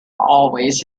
always